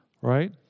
right